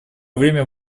время